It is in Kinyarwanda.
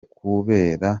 kubera